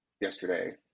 yesterday